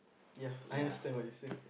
ya I understand what you say